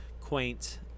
quaint